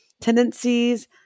tendencies